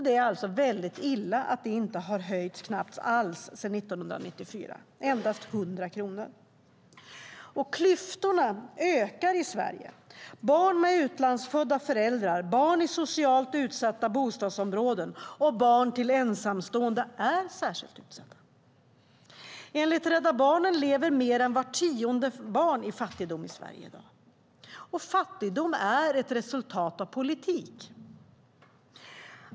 Det är alltså illa att det knappt har höjts alls sedan 1994 utan endast med 100 kronor. Klyftorna ökar i Sverige. Barn med utlandsfödda föräldrar, barn i socialt utsatta bostadsområden och barn till ensamstående är särskilt utsatta. Enligt Rädda Barnen lever mer än vart tionde barn i fattigdom i Sverige i dag. Fattigdom är resultatet av politik.